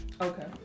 Okay